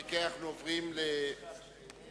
לא יכול להיות שאנחנו מאיצים את התהליך